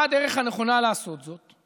מה הדרך הנכונה לעשות זאת?